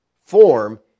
form